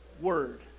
word